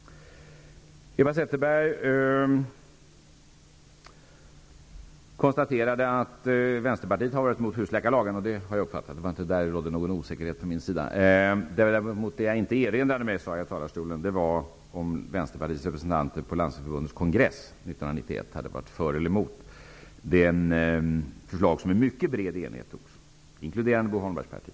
Eva Zetterberg konstaterade att Vänsterpartiet har varit emot husläkarlagen. Det har jag uppfattat. Det var inte därvidlag det rådde någon osäkerhet från min sida. Däremot sade jag här i talarstolen att jag inte kunde erinra mig om Vänsterpartiets representanter på Landstingsförbundets kongress 1991 var för eller emot det förslag som antogs i mycket bred enighet, inkluderande Bo Holmbergs parti.